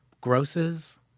grosses